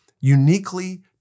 uniquely